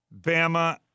Bama